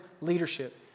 leadership